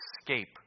escape